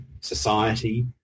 society